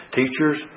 teachers